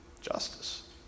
justice